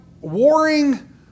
warring